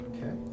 Okay